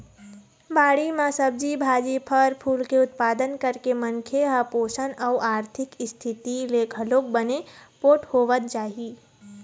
बाड़ी म सब्जी भाजी, फर फूल के उत्पादन करके मनखे ह पोसन अउ आरथिक इस्थिति ले घलोक बने पोठ होवत जाही